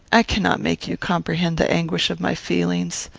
i cannot make you comprehend the anguish of my feelings.